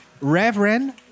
Reverend